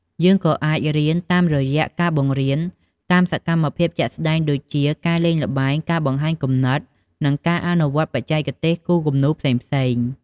យើងក៏អាចរៀនតាមរយៈការបង្រៀនតាមសកម្មភាពជាក់ស្តែងដូចជា ការលេងល្បែង ការបង្ហាញគំនិត និងការអនុវត្តបច្ចេកទេសគូរគំនូរផ្សេងៗ។